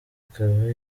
ikaba